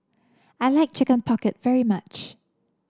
I like Chicken Pocket very much